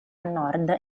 nord